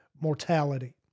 mortality